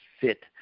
fit